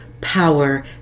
power